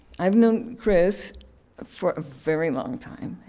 i've known chris for very long time,